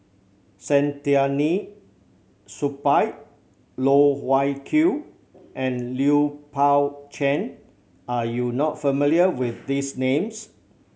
Saktiandi Supaat Loh Wai Kiew and Lui Pao Chuen are you not familiar with these names